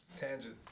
Tangent